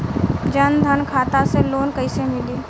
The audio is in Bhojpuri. जन धन खाता से लोन कैसे मिली?